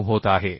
9 होत आहे